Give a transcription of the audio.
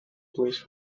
place